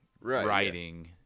writing